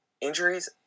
injuries